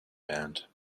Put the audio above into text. band